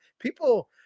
People